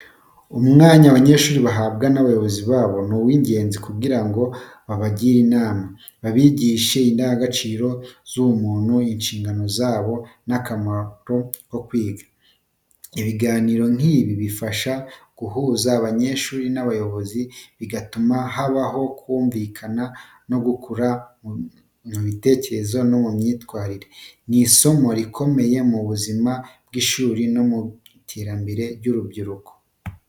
Umwanya abanyeshuri bahabwa n’abayobozi babo ni uwingenzi kugira ngo babagire inama, babigishe indangagaciro z’ubumuntu, inshingano zabo, n’akamaro ko kwiga. Ibiganiro nk’ibi bifasha guhuza abanyeshuri n’abayobozi, bigatuma habaho kumvikana no gukura mu bitekerezo no mu myitwarire. Ni isomo rikomeye mu buzima bw’ishuri no mu iterambere ry’urubyiruko.